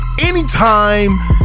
anytime